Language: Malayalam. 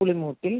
പുളിമൂട്ടിൽ